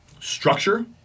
Structure